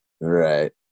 Right